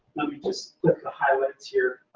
let me just click the highlights here.